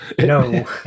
no